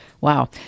Wow